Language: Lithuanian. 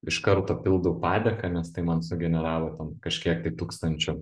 iš karto pildau padėką nes tai man sugeneravo ten kažkiek tai tūkstančių